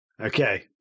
Okay